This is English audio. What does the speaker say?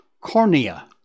cornea